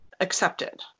accepted